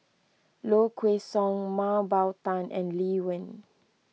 Low Kway Song Mah Bow Tan and Lee Wen